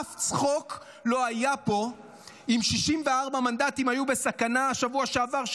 אף צחוק לא היה פה אם 64 מנדטים היו בסכנה שבוע שעבר,